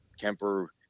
Kemper